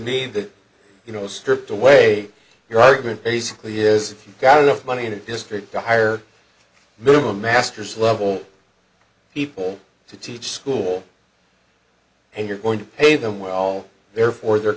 me that you know stripped away your argument basically is if you've got enough money in a district a higher minimum master's level people to teach school and you're going to pay them well therefore they're